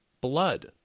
blood